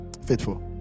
Faithful